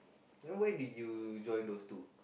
no what you mean you join those two